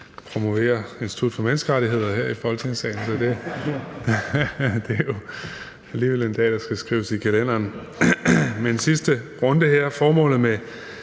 promoverer Institut for Menneskerettigheder her i Folketingssalen. Så det er jo alligevel en dag, der skal skrives i kalenderen. Men her er vi nået til